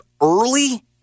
early